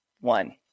one